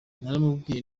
naramubwiye